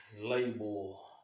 label